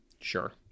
Sure